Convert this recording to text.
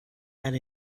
had